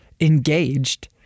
engaged